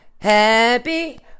Happy